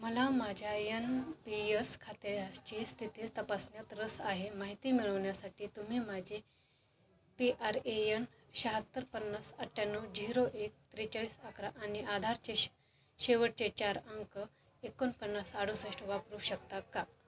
मला माझ्या N P S खात्याची स्थिती तपासण्यात रस आहे माहिती मिळवण्यासाठी तुम्ही माझे पी आर ए यन शहात्तर पन्नास अठ्याण्णव झिरो एक त्रेचाळीस अकरा आणि आधारचे शेवटचे चार अंक एकोणपन्नास अडुसष्ट वापरू शकता का